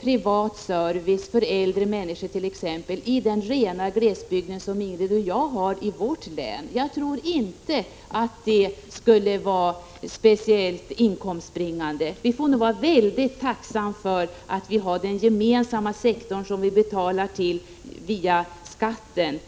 privat service för äldre människor t.ex. i den rena glesbygden som Ingrid och jag har i vårt län. Jag tror inte det skulle vara speciellt inkomstbringande. Vi får nog vara mycket tacksamma för att vi i glesbygden har den gemensamma = Prot. 1985/86:149 sektorn som vi betalar via skatten.